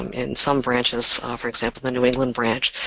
um in some branches, for example the new england branch,